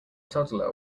toddler